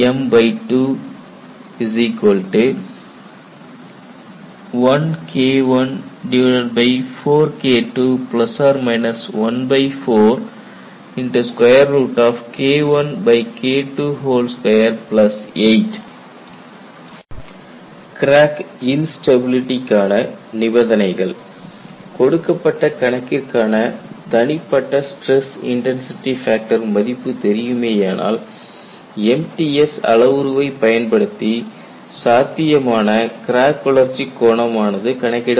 tanm2121 KI4KII14KIKII28 crack இன்ஸ்டபிலிடிக்கான நிபந்தனைகள் கொடுக்கப்பட்ட கணக்கிற்கான தனிப்பட்ட ஸ்ட்ரெஸ் இன்டன்சிடி ஃபேக்டர் மதிப்பு தெரியுமேயானால் MTS அளவுருவை பயன்படுத்தி சாத்தியமான கிராக் வளர்ச்சி கோணம் ஆனது கணக்கிடப்படுகிறது